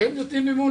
הם נותנים בעצמם מימון